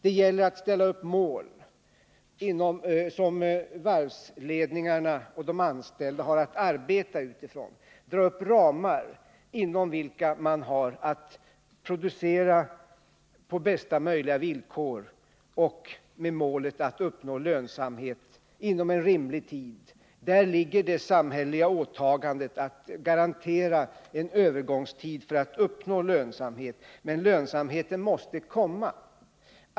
Det gäller att ställa upp mål som varvsledningarna och de anställda har att arbeta utifrån, dra upp ramar inom vilka man har att producera på bästa möjliga villkor och med målet att uppnå lönsamhet inom en rimlig tid. Det samhälleliga åtagandet är att garantera en övergångstid för att uppnå lönsamhet. Men lönsamheten måste komma.